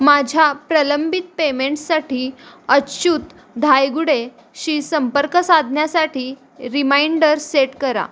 माझ्या प्रलंबित पेमेंटसाठी अच्युत धायगुडेशी संपर्क साधण्यासाठी रिमाइंडर सेट करा